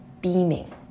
beaming